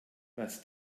was